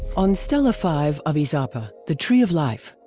on stela five of izapa, the tree of life,